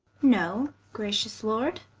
no, gracious lord,